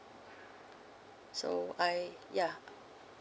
so I ya